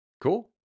Cool